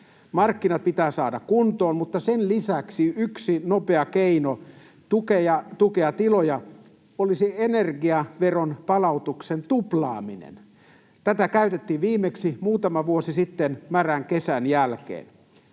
Markkinat pitää saada kuntoon, mutta sen lisäksi yksi nopea keino tukea tiloja olisi energiaveron palautuksen tuplaaminen. Tätä käytettiin viimeksi muutama vuosi sitten märän kesän jälkeen.